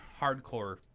Hardcore